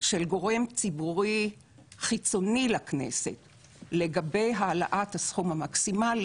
של גורם ציבורי חיצוני לכנסת לגבי העלאת הסכום המקסימלי,